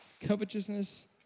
Covetousness